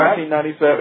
1997